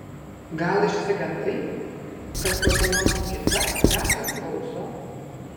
gal išsigandai kad kokia nors kita gaga klauso